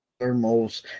thermals